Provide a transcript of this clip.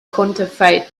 counterfeit